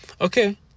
Okay